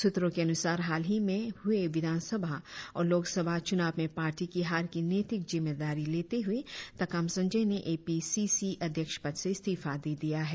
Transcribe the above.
सुत्रो के अनुसार हाल ही मे हुए विधानसभा और लोक सभा चुनाव में पार्टी की हार की नैतिक जिम्मेदारी लेते हुए ताकाम संजोय ने ए पी सी सी अध्यक्ष पद से इस्तीफा दे दिया है